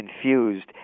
confused